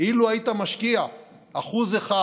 אילו היית משקיע אחוז אחד